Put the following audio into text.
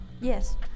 Yes